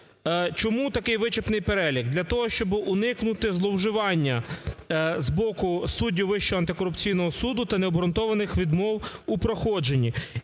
Чому такий вичерпний перелік? Для того, щоб уникнути зловживання з боку суддів Вищого антикорупційного суду та необґрунтованих відмов у проходженні.